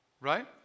right